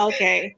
Okay